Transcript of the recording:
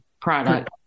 product